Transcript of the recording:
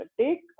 take